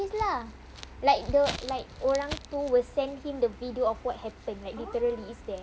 like the like orang tu will send him the video of what happened like literally is there